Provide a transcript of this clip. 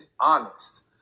honest